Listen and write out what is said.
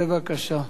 בבקשה.